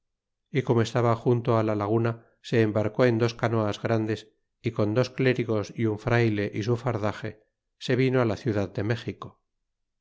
y como estaba junto la laguna se embarcó en dos canoas grandes y con dos cié rigos y un frayle y su fardaxe se vino á la ciudad de méxico